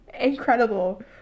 incredible